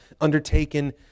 undertaken